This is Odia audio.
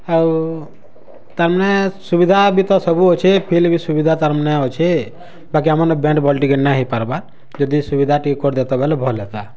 ଆଉ ତାର୍ ମାନେ ସୁବିଧା ବି ତ ସବୁ ଅଛେ ବି ସୁବିଧା ତାର୍ ମାନେ ଅଛେ ବାକି ଆମନ୍ ନା ହେଇ ପାର୍ବା ଯଦି ସୁବିଧା ଟି କର୍ ଦେଇତ ବେଳେ ଭଲ୍ ହେଇତା